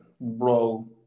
Bro